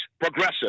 progressive